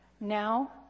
Now